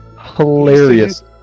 hilarious